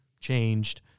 changed